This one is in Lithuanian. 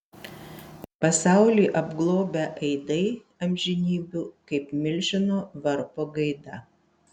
pasaulį apglobę aidai amžinybių kaip milžino varpo gaida